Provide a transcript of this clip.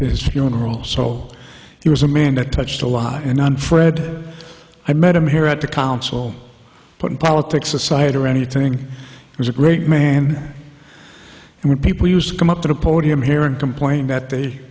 to his funeral so he was a man that touched a lot and i'm fred i met him here at the council putting politics aside or anything it was a great man and when people used to come up to the podium here and complain that they